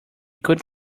could